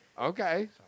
Okay